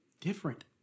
different